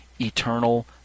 eternal